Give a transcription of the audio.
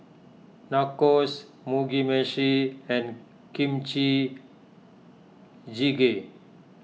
Nachos Mugi Meshi and Kimchi Jjigae